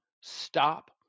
stop